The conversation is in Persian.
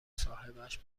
مصاحبهش